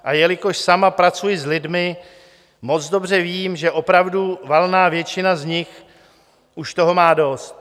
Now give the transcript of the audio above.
A jelikož sama pracuji s lidmi, moc dobře vím, že opravdu valná většina z nich už toho má dost.